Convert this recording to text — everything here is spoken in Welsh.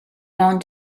ond